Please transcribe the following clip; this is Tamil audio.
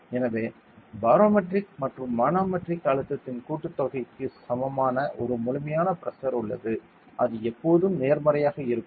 எனவே பாரோமெட்ரிக் மற்றும் மனோமெட்ரிக் அழுத்தத்தின் கூட்டுத்தொகைக்கு சமமான ஒரு முழுமையான பிரஷர் உள்ளது அது எப்போதும் நேர்மறையாக இருக்கும்